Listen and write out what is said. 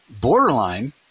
Borderline